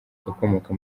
ukomoka